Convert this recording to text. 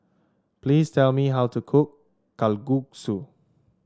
please tell me how to cook Kalguksu